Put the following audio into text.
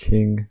King